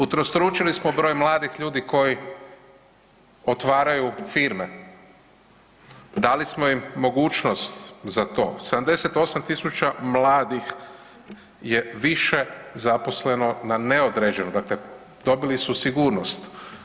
Utrostručili smo broj mladih ljudi koji otvaraju firme, dali smo im mogućnost za to, 78 000 mladih je više zaposleno na neodređeno, dakle dobili su sigurnost.